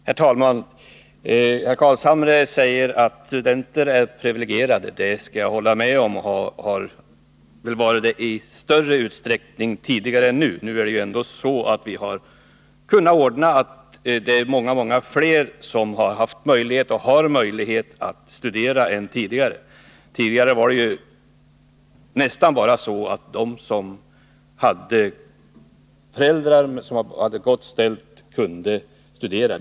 Herr talman! Herr Carlshamre säger att studenter är privilegierade, och det håller jag med om. De har väl varit det i större utsträckning tidigare, därför att vi har ändå kunnat ordna det så att många fler har möjlighet att studera nu. Tidigare var det ju nästan bara de som hade föräldrar som hade det gott ställt som kunde studera.